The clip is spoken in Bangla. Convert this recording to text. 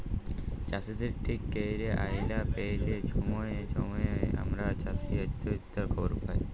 চাষীদের ঠিক ক্যইরে আয় লা প্যাইলে ছময়ে ছময়ে আমরা চাষী অত্যহত্যার খবর পায়